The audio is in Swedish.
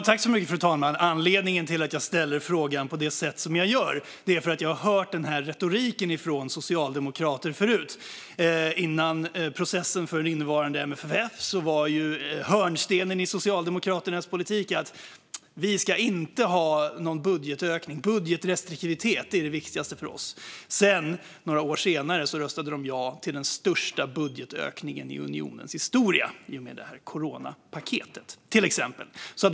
Fru talman! Anledningen till att jag ställer frågan på det sätt jag gör är att jag har hört denna retorik från socialdemokrater förut. Före processen för innevarande MFF var hörnstenen i Socialdemokraternas politik att vi inte ska ha någon budgetökning - budgetrestriktivitet är det viktigaste för oss. Sedan, några år senare, röstade de ja till den största budgetökningen i unionens historia i och med coronapaketet, till exempel.